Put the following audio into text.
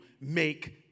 make